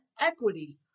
equity